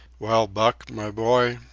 well, buck, my boy,